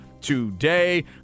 today